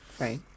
Right